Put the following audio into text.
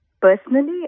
personally